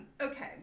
Okay